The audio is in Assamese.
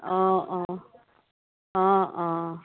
অঁ অঁ অঁ অঁ